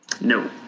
No